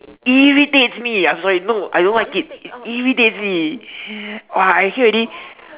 irritates me I'm sorry no I don't like it it irritates me !wah! I hear already